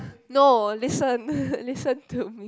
no listen listen to me